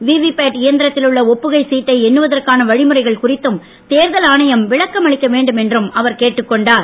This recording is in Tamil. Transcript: விவிபேட் இயந்திரத்தில் உள்ள ஒப்புகை சீட்டை எண்ணுவதற்கான வழிமுறைகள் குறித்தும் தேர்தல் ஆணையம் விளக்கம் அளிக்க வேண்டும் என்றும் அவர் கேட்டுக் கொண்டார்